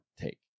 take